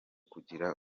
kugira